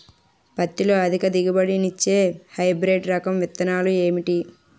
పత్తి లో అధిక దిగుబడి నిచ్చే హైబ్రిడ్ రకం విత్తనాలు ఏంటి